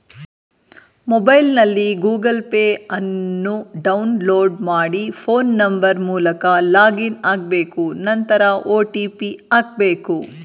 ಮೊಬೈಲ್ನಲ್ಲಿ Google Pay ಅನ್ನು download ಮಾಡಿ ಫೋನ್ ನಂಬರ್ ಮೂಲಕ ಲಾಗಿನ್ ಆಗ್ಬೇಕು ನಂತರ ಒ.ಟಿ.ಪಿ ಹಾಕ್ಬೇಕು